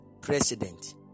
president